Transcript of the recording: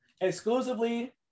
exclusively